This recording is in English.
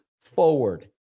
forward